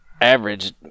average